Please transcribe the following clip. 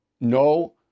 No